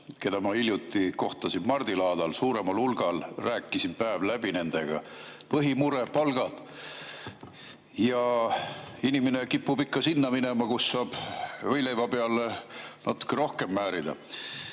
siis ma hiljuti kohtasin neid mardilaadal suuremal hulgal ja rääkisin päev läbi nendega. Põhimure on palgad. Inimene kipub ikka minema sinna, kus saab võid leiva peale natuke rohkem määrida.